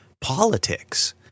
politics